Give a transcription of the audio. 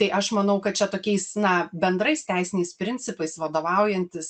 tai aš manau kad čia tokiais na bendrais teisiniais principais vadovaujantis